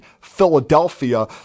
Philadelphia